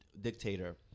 dictator